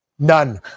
none